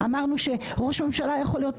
אמרנו שראש ממשלה יכול להיות,